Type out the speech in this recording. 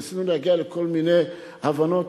ניסינו להגיע לכל מיני הבנות.